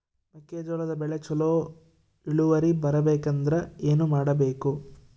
ಮೆಕ್ಕೆಜೋಳದ ಬೆಳೆ ಚೊಲೊ ಇಳುವರಿ ಬರಬೇಕಂದ್ರೆ ಏನು ಮಾಡಬೇಕು?